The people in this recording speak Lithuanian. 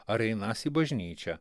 ar einąs į bažnyčią